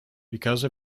because